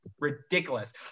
ridiculous